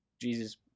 Jesus